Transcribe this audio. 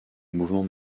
mouvement